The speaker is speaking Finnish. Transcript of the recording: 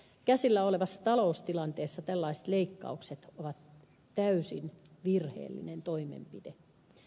käsillä olevassa taloustilanteessa tällaiset leikkaukset ovat täysin virheellinen toimenpide